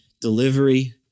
delivery